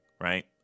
Right